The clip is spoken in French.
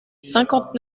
cinquante